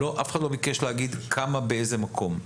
אף אחד לא ביקש להגיד כמה באיזה מקום.